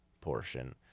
portion